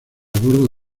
bordo